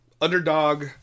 underdog